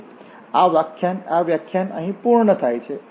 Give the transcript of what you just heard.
તેથી આ વ્યાખ્યાન પૂર્ણ થાય છે